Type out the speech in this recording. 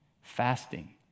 fasting